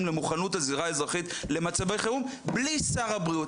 למוכנות הזירה האזרחית למצבי חירום בלי שר הבריאות.